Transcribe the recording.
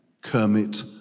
Kermit